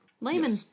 Layman